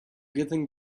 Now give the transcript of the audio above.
getting